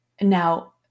Now